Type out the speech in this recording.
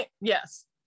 yes